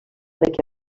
que